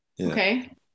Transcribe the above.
Okay